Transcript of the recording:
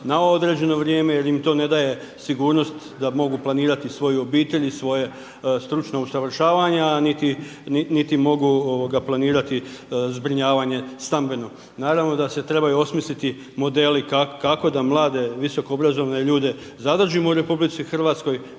na određeno vrijeme jel im to ne daje sigurnost da mogu planirati svoju obitelj i svoje stručno usavršavanje, a niti mogu planirati zbrinjavanje stambeno. Naravno da se trebaju osmisliti modeli kako da mlade visokoobrazovane ljude zadržimo u RH, da imaju takve